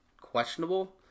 questionable